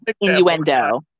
innuendo